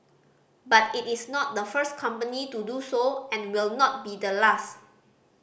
but it is not the first company to do so and will not be the last